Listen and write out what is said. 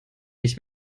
nicht